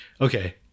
okay